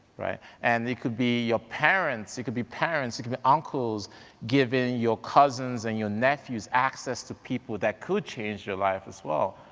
right? and it could be your ah parents, it could be parents, it could be uncles giving your cousins and your nephews access to people that could change your life as well.